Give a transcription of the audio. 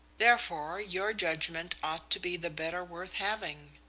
therefore, your judgment ought to be the better worth having.